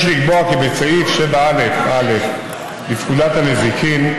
לקבוע כי בסעיף 7א(א) לפקודת הנזיקין,